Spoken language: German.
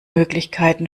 möglichkeiten